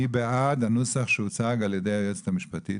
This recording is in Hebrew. מי בעד הנוסח שהוצג על ידי היועצת המשפטית?